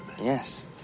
Yes